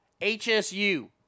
H-S-U